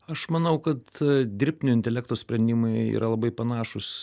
aš manau kad dirbtinio intelekto sprendimai yra labai panašūs